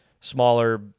smaller